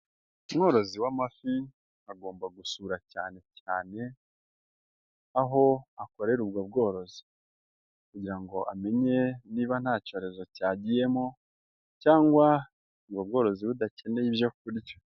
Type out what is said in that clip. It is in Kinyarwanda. Umworozi w'amafi agomba gusura cyane cyane aho akorera ubwo bworozi kugira ngo amenye niba nta cyorezo cyagiyemo cyangwa ubwo bworozi budakeneye ibyo kurya.